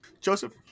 joseph